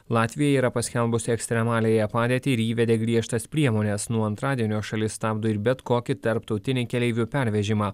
latvija yra paskelbusi ekstremaliąją padėtį ir įvedė griežtas priemones nuo antradienio šalis stabdo ir bet kokį tarptautinį keleivių pervežimą